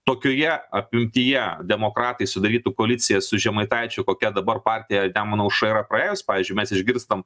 tokioje apimtyje demokratai sudarytų koaliciją su žemaitaičiu kokia dabar partija nemuno aušra yra praėjus pavyzdžiui mes išgirstam